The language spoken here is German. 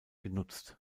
genutzt